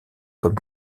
comme